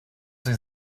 sie